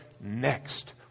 next